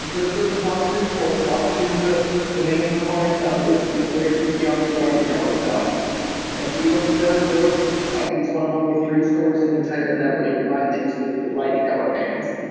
let's go to the blockstream store, and blockstream is the the main proponent of this you know layer two scaling with lightning network stuff and so we went there. i think it's one of only three stores on the entire internet where you can buy things with with lightning network payments.